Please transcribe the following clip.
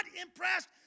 impressed